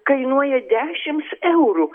kainuoja dešims eurų